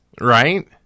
Right